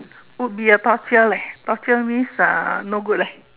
would be a torture leh torture means uh no good leh